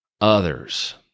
others